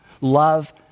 love